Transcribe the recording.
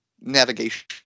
Navigation